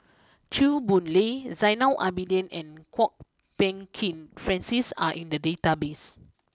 Chew Boon Lay Zainal Abidin and Kwok Peng Kin Francis are in the database